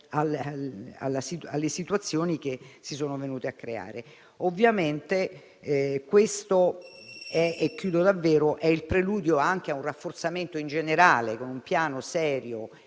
alle situazioni che si sono venute a creare. Questo è il preludio anche a un rafforzamento generale, con un piano serio -